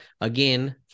again